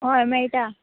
हय मेळटा